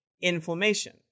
inflammation